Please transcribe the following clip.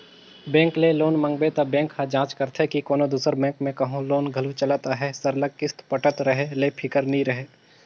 bank ले loan मांगबे त बेंक ह जांच करथे के कोनो दूसर बेंक में कहों लोन घलो चलत अहे सरलग किस्त पटत रहें ले फिकिर नी रहे